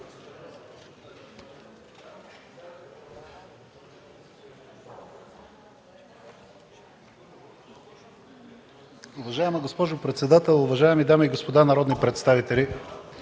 Благодаря, господин председател. Уважаеми дами и господа народни представители,